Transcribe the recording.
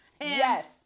Yes